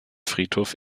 friedhof